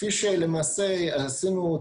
כפי שלמעשה עשינו,